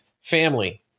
family